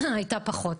הייתה פחות.